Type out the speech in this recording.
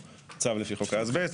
או צו לפי חוק האזבסט.